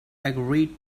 agreed